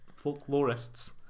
folklorists